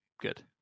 good